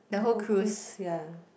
the whole cruise ya